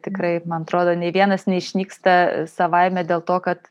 tikrai man atrodo nei vienas neišnyksta savaime dėl to kad